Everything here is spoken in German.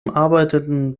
arbeiten